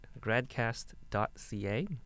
gradcast.ca